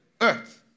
Earth